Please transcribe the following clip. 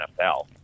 NFL